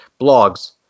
blogs